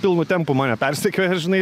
pilnu tempu mane persekioja žinai